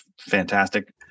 Fantastic